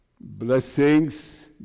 blessings